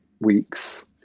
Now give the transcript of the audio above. weeks